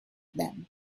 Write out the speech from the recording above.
them